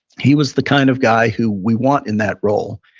he was the kind of guy who we want in that role.